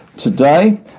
Today